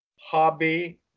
hobby